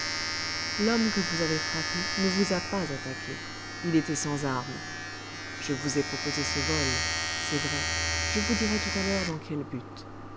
l'homme que vous avez frappé ne vous a pas attaqué il était sans armes je vous ai proposé ce vol c'est vrai je vous dirai tout à l'heure dans quel but